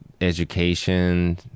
education